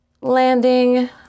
Landing